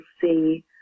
see